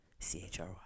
CHRY